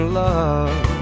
love